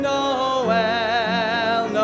Noel